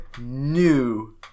New